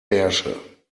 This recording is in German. herrsche